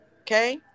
Okay